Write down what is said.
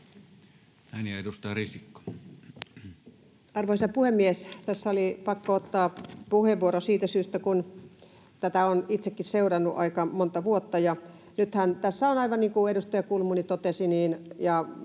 — Ja edustaja Risikko. Arvoisa puhemies! Tässä oli pakko ottaa puheenvuoro siitä syystä, kun tätä olen itsekin seurannut aika monta vuotta, ja nythän tässä on — aivan niin kuin edustaja Kulmuni ja monet